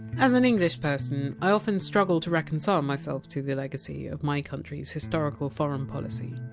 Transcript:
as an englishperson, i often struggle to reconcile myself to the legacy of my country! s historical foreign policy.